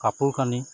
কাপোৰ কানি